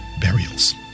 burials